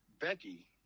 Becky